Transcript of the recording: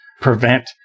prevent